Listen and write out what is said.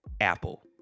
Apple